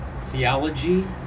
theology